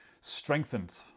strengthened